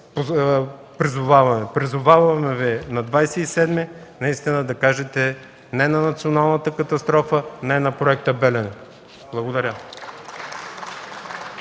Призоваваме Ви на 27-ми наистина да кажете „не” на националната катастрофа, не на проекта „Белене”. Благодаря.